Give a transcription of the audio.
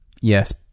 Yes